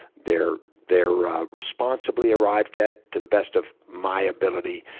they're they're responsibly arrived at, to the best of my ability,